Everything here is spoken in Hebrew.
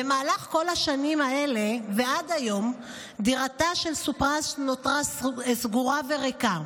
במהלך כל השנים האלה ועד היום דירתה של סיפראש נותרה סגורה וריקה.